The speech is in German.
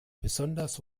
besonders